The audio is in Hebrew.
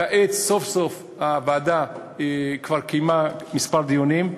וכעת סוף-סוף הוועדה כבר קיימה כמה דיונים.